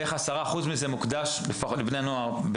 בערך עשרה אחוז מזה, לפחות, מוקדש לבני נוער.